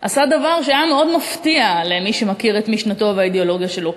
עשה דבר שהיה מאוד מפתיע למי שמכיר את משנתו ואת האידיאולוגיה שלו,